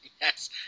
Yes